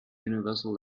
universal